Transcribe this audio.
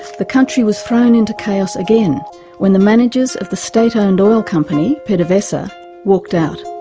the country was thrown into chaos again when the managers of the state-owned oil company, pdvsa, walked out.